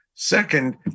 Second